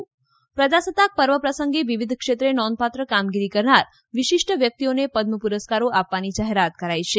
ઃ પ્રજાસત્તાક પર્વ પ્રસંગે વિવિધ ક્ષેત્રે નોંધપાત્ર કામગીરી કરનાર વિશિષ્ટ વ્યક્તિઓને પદમ પુરસ્કારો આપવાની જાહેરાત કરાઇ છે